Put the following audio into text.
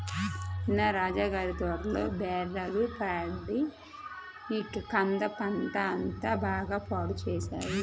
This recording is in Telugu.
నిన్న రాజా గారి తోటలో బర్రెలు పడి కంద పంట అంతా బాగా పాడు చేశాయి